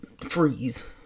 freeze